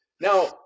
Now